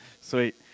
Sweet